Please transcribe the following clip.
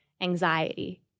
anxiety